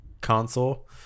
console